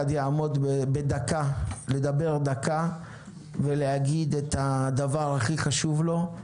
יעמוד וידבר דקה להגיד את הדבר הכי חשוב לו.